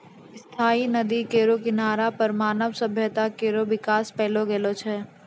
स्थायी नदी केरो किनारा पर मानव सभ्यता केरो बिकास पैलो गेलो छै